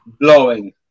blowing